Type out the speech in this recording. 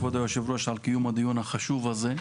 כבוד יושב הראש על קיום הדיון החשוב הזה.